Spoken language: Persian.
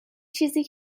چیزی